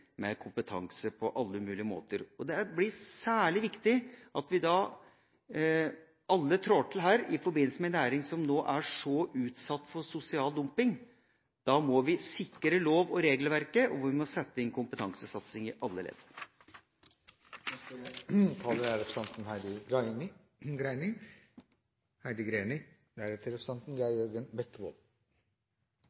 med regelverk og kontroller, og så er det ikke minst nødvendig med kompetanse på alle mulige måter. Det blir særlig viktig at vi alle her trår til overfor ei næring som nå er så utsatt for sosial dumping. Da må vi sikre lov- og regelverket, og vi må sette inn kompetansesatsing i alle ledd. Gode funksjonelle bygg er